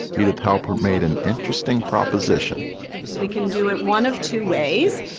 edith, help her made an interesting proposition we can do it one of two ways.